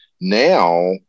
Now